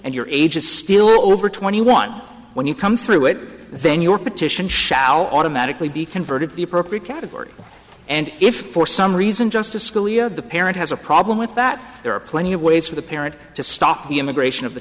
and your age is still over twenty one when you come through it then your petition shall automatically be converted to the appropriate category and if for some reason justice scalia the parent has a problem with that there are plenty of ways for the parent to stop the immigration of the